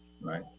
Right